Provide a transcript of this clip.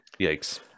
yikes